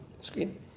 screen